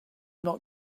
not